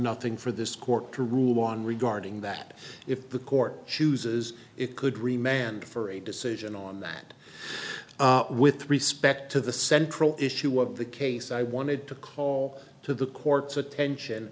nothing for this court to rule on regarding that if the court chooses it could remain and for a decision on that with respect to the central issue of the case i wanted to call to the court's attention